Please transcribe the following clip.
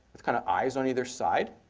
with kind of eyes on either side,